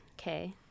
Okay